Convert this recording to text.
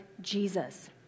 Jesus